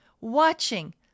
watching